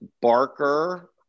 Barker